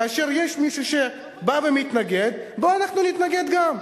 כאשר יש מישהו שבא ומתנגד: בואו אנחנו נתנגד גם.